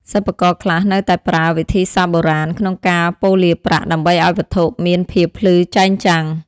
សិប្បករខ្លះនៅតែប្រើ វិធីសាស្រ្តបុរាណ ក្នុងការប៉ូលាប្រាក់ ដើម្បីឱ្យវត្ថុមានភាពភ្លឺចែងចាំង។